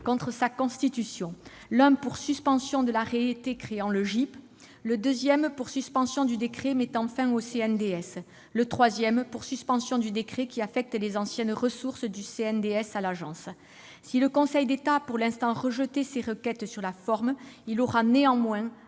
contre sa constitution : le premier pour suspension de l'arrêté créant le GIP ; le deuxième pour suspension du décret mettant fin au CNDS ; le troisième pour suspension du décret qui affecte les anciennes ressources du CNDS à l'Agence. Si le Conseil d'État a pour l'instant rejeté ces requêtes sur la forme, il devra néanmoins